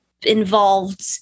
involved